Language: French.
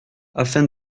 afin